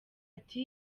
ati